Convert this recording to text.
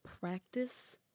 practice